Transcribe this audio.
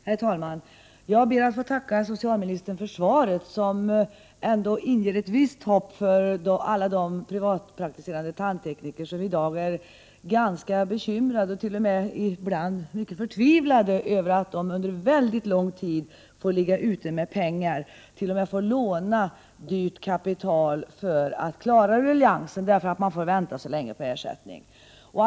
Herr talman! Jag ber att få tacka socialministern för svaret, som ger ett visst hopp för alla de privatpraktiserande tandtekniker som i dag är ganska bekymrade, ibland t.o.m. helt förtvivlade över att de under mycket lång tid får ligga ute med pengar och t.o.m. får låna dyrt kapital för att klara ruljansen, på grund av att de får vänta så länge på ersättningen för sitt arbete.